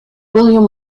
william